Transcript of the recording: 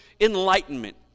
enlightenment